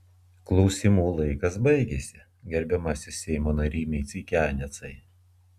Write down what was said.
klausimų laikas baigėsi gerbiamasis seimo nary maceikianecai